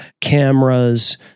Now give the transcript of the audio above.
cameras